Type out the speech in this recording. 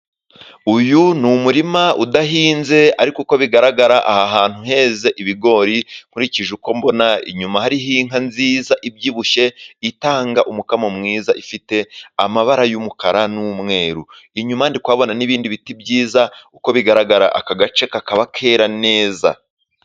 Uyu ni umurima udahinze ariko uko bigaragara aha hantu heza ibigori. Nkurikije uko mbona inyuma, hariho inka nziza zibyibushye, zitanga umukamo mwiza, zifite amabara y'umukara n'umweru. Inyuma ndi kubona n'ibindi biti byiza, uko bigaragara aka gace kakaba kera neza.